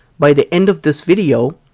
by the end of this video,